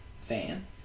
fan